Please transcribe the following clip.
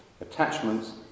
attachments